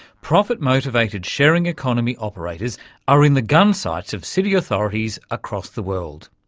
profit-motivated sharing economy operators are in the gun-sights of city authorities across the world.